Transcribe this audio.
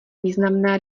významná